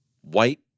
white